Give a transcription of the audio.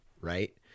Right